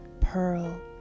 pearl